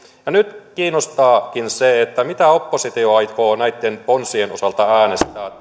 nyt kiinnostaakin se mitä oppositio aikoo näitten ponsien osalta äänestää